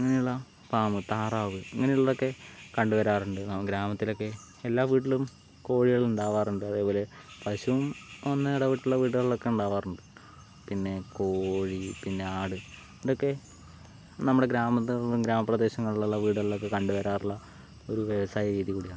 അങ്ങനെയുള്ള ഫാമ് താറാവ് ഇങ്ങനെയുള്ളതൊക്കെ കണ്ട് വരാറുണ്ട് ഗ്രാമത്തിലൊക്കെ എല്ലാ വീട്ടിലും കോഴികള്ണ്ടാവാറുണ്ട് അതേപോലെ പശുവും ഒന്നെടവെട്ട്ള്ള വീടുകളിലൊക്കെ ഉണ്ടാവാറുണ്ട് പിന്നെ കോഴി പിന്നെ ആട് ഇതൊക്കെ നമ്മുടെ ഗ്രാമത്തിൽന്നു ഗ്രാമപ്രദേശങ്ങളിലുള്ള വീടുകളിലൊക്കെ കണ്ടുവരാറുള്ള ഒരു വ്യവസായ രീതി കൂടിയാണ്